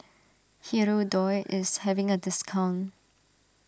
Hirudoid is having a discount